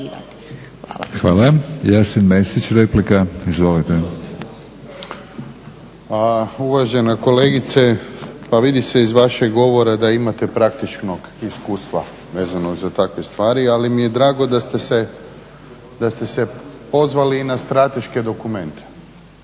Milorad (HNS)** Jasen Mesić, replika. **Mesić, Jasen (HDZ)** Uvažena kolegice pa vidi se iz vašeg govora da imate praktičnog iskustva vezano za takve stvari ali mi je drago da ste se pozvali na strateške dokumente.